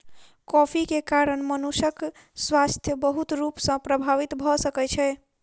coffee के कारण मनुषक स्वास्थ्य बहुत रूप सॅ प्रभावित भ सकै छै